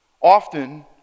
Often